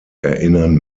erinnern